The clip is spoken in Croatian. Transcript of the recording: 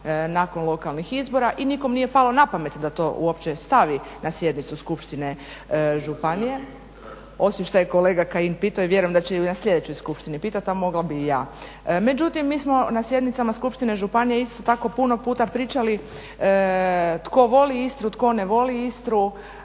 nakon lokalnih izbora i nikom nije palo na pamet da to uopće stavi na sjednicu skupštine županije osim što je kolega Kajin pitao i vjerujem da će i na sljedećoj skupštini pitat a mogla bih i ja. Međutim mi smo na sjednicama skupštine županije isto tako puno puta pričali tko voli Istru, tko ne voli Istru